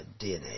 dna